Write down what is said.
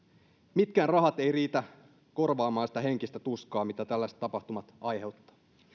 mitkään rahat eivät riitä korvaamaan sitä henkistä tuskaa mitä tällaiset tapahtumat aiheuttavat